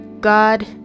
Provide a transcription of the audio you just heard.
God